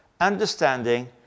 understanding